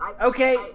okay